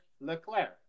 Leclerc